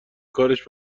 کارش